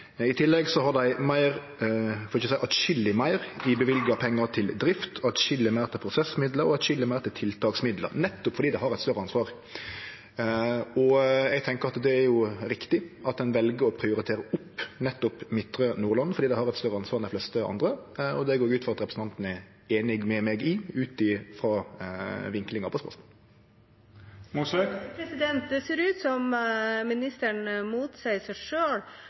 I tillegg har dei atskilleg meir i løyvde pengar til drift, atskilleg meir til prosessmidlar og atskilleg meir til tiltaksmidlar, nettopp fordi dei har eit større ansvar. Eg tenkjer det er riktig at ein vel å prioritere opp nettopp Midtre Nordland, fordi dei har eit større ansvar enn dei fleste andre, og det går eg ut frå at representanten er einig med meg i ut frå vinklinga på spørsmålet. Det virker som ministeren motsier seg